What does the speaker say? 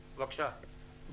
בבקשה, נתי.